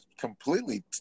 completely